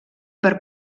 per